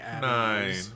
Nine